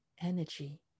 energy